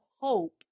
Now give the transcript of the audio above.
hope